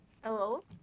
Hello